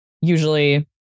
usually